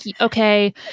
okay